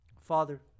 Father